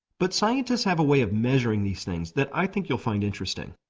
but scientists have a way of measuring these things that i think you'll find interesting.